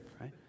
right